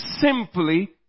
simply